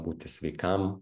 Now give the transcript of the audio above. būti sveikam